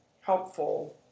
helpful